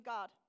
God